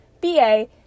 BA